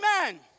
Amen